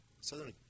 Southern